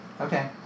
Okay